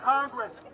Congress